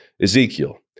Ezekiel